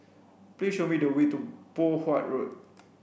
please show me the way to Poh Huat Road